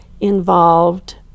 involved